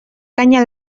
canya